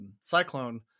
cyclone